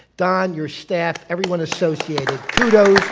don your staff, everyone associated, kudos,